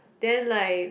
then like